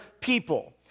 people